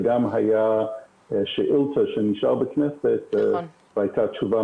בנוסף הייתה בכנסת שאילתה והייתה תשובה